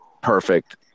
perfect